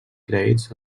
crèdits